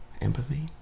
empathy